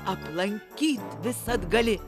aplankyt visad gali